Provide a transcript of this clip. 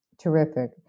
Terrific